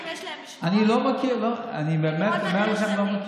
אני באמת אומר לכם שאני לא מכיר.